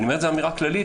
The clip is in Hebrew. אני אומר אמירה כללית,